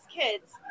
kids